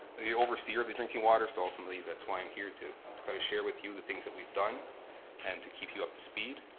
the overseer of the drinking water, so ultimately that's why i'm here to to kind of share with you the things that we've done and to keep you up to speed.